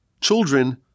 children